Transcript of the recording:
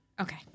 Okay